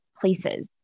places